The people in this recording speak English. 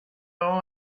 all